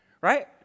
right